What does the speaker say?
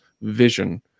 vision